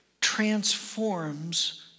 transforms